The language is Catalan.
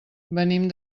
venim